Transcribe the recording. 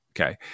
Okay